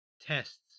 Tests